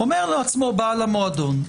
אומר לעצמו בעל המועדון: